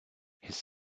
his